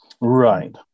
Right